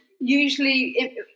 usually